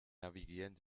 navigieren